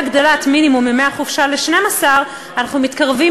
בהגדלת מינימום ימי החופשה ל-12 אנחנו מתקרבים